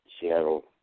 Seattle